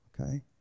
Okay